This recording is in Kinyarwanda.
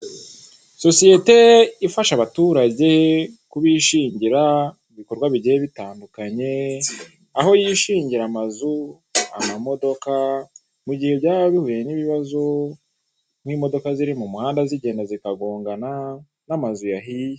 Sosiyete ifasha abaturage kubishingira mu bikorwa bigiye bitandukanye aho yishingira amazu, amamodoka mu gihe byaba bihuye n'ibibazo, nk'imodoka ziri mu muhandda zikagongana n'amazu yahiye.